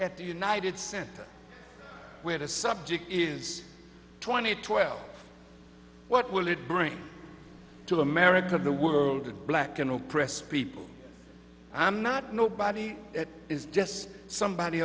at the united center where the subject is twenty twelve what will it bring to america and the world in black and oppressed people i'm not nobody is just somebody